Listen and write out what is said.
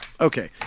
Okay